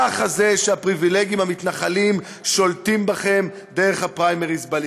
ככה זה כשהפריבילגים המתנחלים שולטים בכם דרך הפריימריז בליכוד.